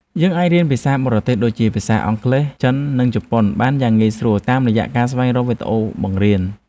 យើងអាចរៀនភាសាបរទេសដូចជាភាសាអង់គ្លេស ចិន និងជប៉ុន បានយ៉ាងងាយស្រួលតាមរយៈការស្វែងរកវីដេអូបង្រៀន។